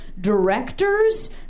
directors